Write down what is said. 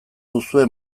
duzue